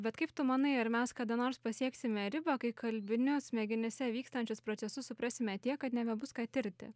bet kaip tu manai ar mes kada nors pasieksime ribą kai kalbinius smegenyse vykstančius procesus suprasime tiek kad nebebus ką tirti